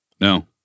No